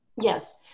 Yes